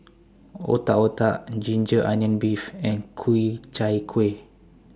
Otak Otak Ginger Onion Beef and Ku Chai Kuih